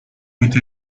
with